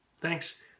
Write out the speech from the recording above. Thanks